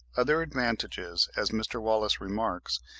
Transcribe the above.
other advantages, as mr. wallace remarks,